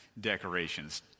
decorations